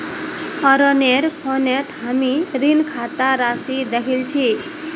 अरनेर फोनत हामी ऋण खातार राशि दखिल छि